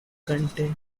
content